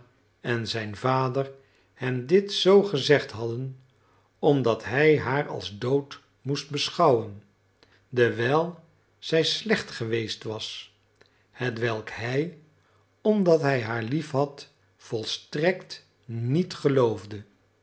en zijn vader hem dit zoo gezegd hadden omdat hij haar als dood moest beschouwen dewijl zij slecht geweest was hetwelk hij omdat hij haar liefhad volstrekt niet geloofde